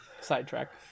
sidetrack